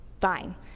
fine